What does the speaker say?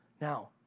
Now